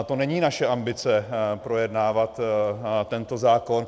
To není naše ambice projednávat tento zákon.